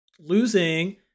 losing